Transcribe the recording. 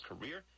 career